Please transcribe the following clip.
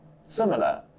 similar